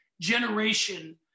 generation